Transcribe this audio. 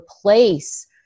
replace